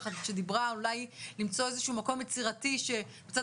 שדיברה אולי למצוא איזשהו מקום יצירתי שמצד